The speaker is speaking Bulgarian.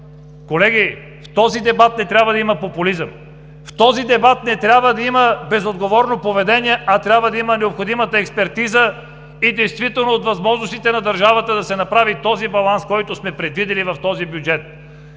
Колеги, в този дебат не трябва да има популизъм! В този дебат не трябва да има безотговорно поведение, а трябва да има необходимата експертиза и да се излиза от действителните възможности на държавата да направи баланса, който сме предвидили в този бюджет.